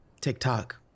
TikTok